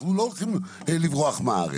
אנחנו לא הולכים לברוח מהארץ.